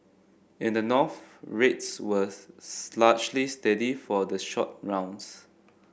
in the North rates were largely steady for the short rounds